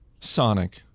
Sonic